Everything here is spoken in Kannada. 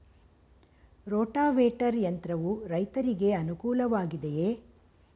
ರೋಟಾವೇಟರ್ ಯಂತ್ರವು ರೈತರಿಗೆ ಅನುಕೂಲ ವಾಗಿದೆಯೇ?